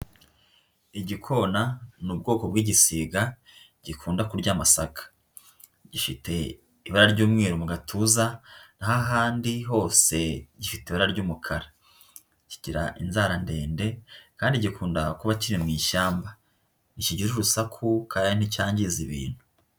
Igikona ni ubwoko bw'igisiga gikunda kurya amasaka, gifite ibara ry'umweru mu gatuza naho ahandi hose gifite ibara ry'umukara. Kigira inzara ndende kandi gikunda kuba kiri mu ishyamba ntikigira urusaku kandi nticyangiriza ibintu.